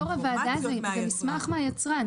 יושב-ראש הוועדה, זה מסמך מהיצרן.